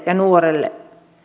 ja nuoreen